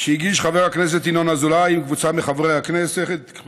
שהגיש חבר הכנסת ינון אזולאי עם קבוצת חברי הכנסת.